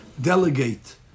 delegate